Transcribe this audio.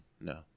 No